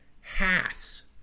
halves